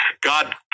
God